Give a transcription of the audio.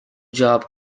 job